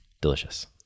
Delicious